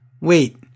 Wait